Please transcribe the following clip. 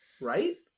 Right